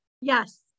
Yes